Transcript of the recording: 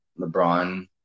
LeBron